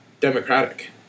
democratic